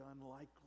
unlikely